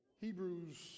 Hebrews